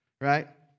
right